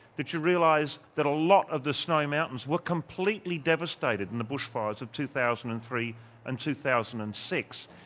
that you realise that a lot of the snowy mountains were completely devastated in the bushfires of two thousand and three and two thousand and six.